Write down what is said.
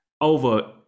over